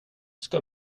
ska